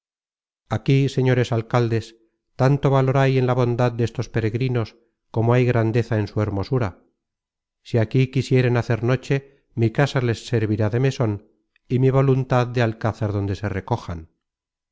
aquí señores alcaldes tanto valor hay en la bondad destos peregrinos como hay grandeza en su hermosura si aquí quisieren hacer noche mi casa les servirá de meson y mi voluntad de alcázar donde se recojan